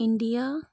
India